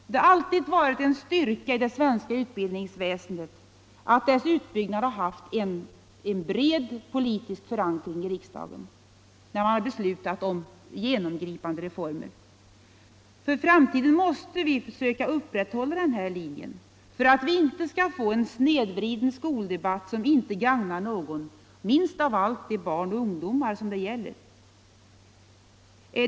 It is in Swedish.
Det har alltid varit en styrka i det svenska utbildningsväsendet att de genomgripande reformerna haft en bred politisk förankring i riksdagen. För framtiden måste vi försöka upprätthålla denna linje för att vi inte skall få en snedvriden skoldebatt som inte gagnar någon, minst av allt de barn och ungdomar det gäller.